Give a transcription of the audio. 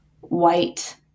white